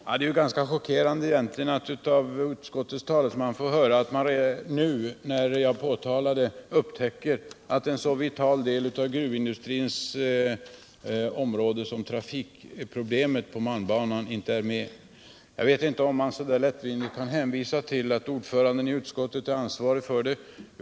Herr talman! Det är egentligen ganska chockerande att från utskottets talesman få höra att han nu, när jag påpekar det, upptäcker att en så vital del av gruvindustrins område som trafikproblemet när det gäller malmbanan inte är med i betänkandet. Jag vet inte om man så lättvindigt som herr Börjesson gjorde kan hänvisa till att ordföranden i utskottet är ansvarig för detta.